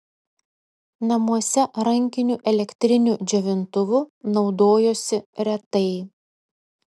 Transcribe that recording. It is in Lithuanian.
namuose rankiniu elektriniu džiovintuvu naudojosi retai